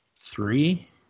Three